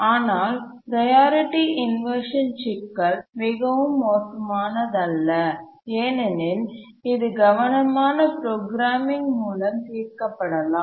ஆனால் priority inversion சிக்கல் மிகவும் மோசமானதல்ல ஏனெனில் இது கவனமான புரோகிராமிங் மூலம் தீர்க்கப்படலாம்